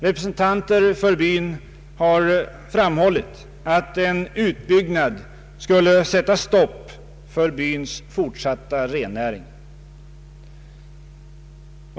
Representanter för byn har framhållit att en utbyggnad skulle sätta stopp för byns fortsatta rennäring.